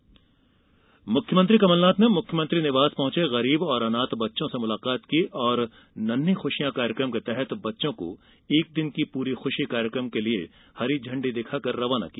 कमलनाथ खुशी मुख्यमंत्री कमलनाथ ने मुख्यमंत्री निवास पहुंचे गरीब और अनाथ बच्चों से मुलाकात की और नन्हीं ख्रशियां कार्यक्रम के तहत बच्चों के एक दिन की पूरी ख्शी कार्यक्रम को हरी झंडी दिखाकर रवाना किया